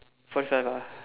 forty five ah